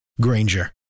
Granger